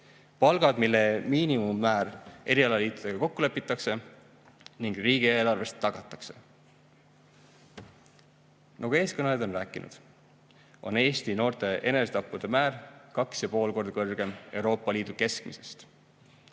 Palgad, mille miinimummäär erialaliitudega kokku lepitakse ning riigieelarvest tagatakse. Nagu eelkõnelejad on rääkinud, on Eesti noorte enesetappude määr 2,5 korda kõrgem Euroopa Liidu keskmisest.